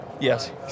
Yes